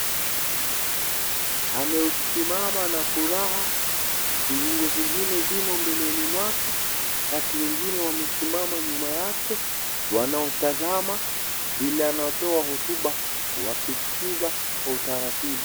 Ameusimama na furaha, viungo vingine vimo mbeleni mwake, watu wengine wamesimama nyuma yake wanautazama vile anatoa hotuba wakiskiza kwa utaratibu.